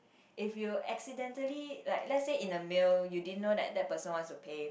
if you accidentally like let's say in a meal you didn't know that that person wants to pay